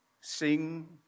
sing